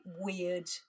weird